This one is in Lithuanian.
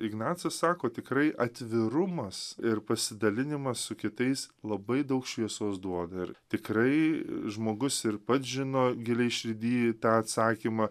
ignacas sako tikrai atvirumas ir pasidalinimas su kitais labai daug šviesos duoda ir tikrai žmogus ir pats žino giliai širdy tą atsakymą